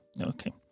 Okay